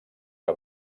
que